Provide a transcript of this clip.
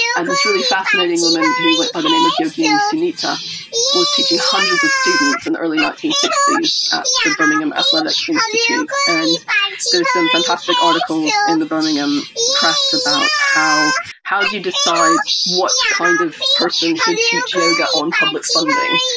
and this is really fascinating woman who went by the name of yogini sunita was teaching hundreds of students in the early nineteen sixty s at the birmingham athletic institute. and there are some fantastic articles in the birmingham press about how do you decide what kind of person should teach yoga on public funding,